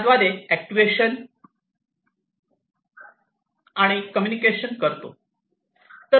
ज्यायोगे अॅक्ट्युएशन आणि कम्युनिकेशन करतो